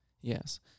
Yes